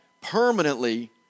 permanently